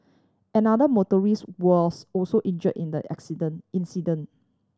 another was also injure in the accident incident